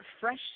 fresh